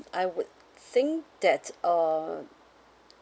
I would think that uh